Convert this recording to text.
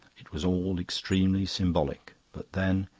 it was all extremely symbolic but then,